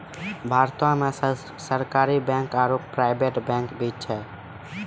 भारतो मे सरकारी बैंक आरो प्राइवेट बैंक भी छै